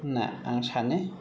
होन्ना आं सानो